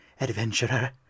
adventurer